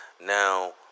Now